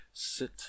sit